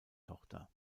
tochter